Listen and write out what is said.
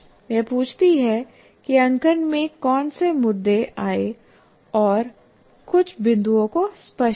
वह पूछती है कि अंकन में कौन से मुद्दे आए और कुछ बिंदुओं को स्पष्ट किया